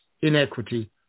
inequity